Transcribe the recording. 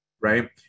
right